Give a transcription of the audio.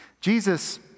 Jesus